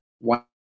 one